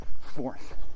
Fourth